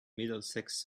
middlesex